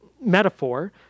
metaphor